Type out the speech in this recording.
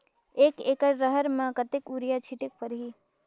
एक एकड रहर म कतेक युरिया छीटेक परही?